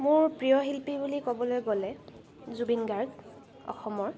মোৰ প্ৰিয় শিল্পী বুলি ক'বলৈ গ'লে জুবিন গাৰ্গ অসমৰ